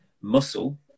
muscle